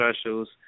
specials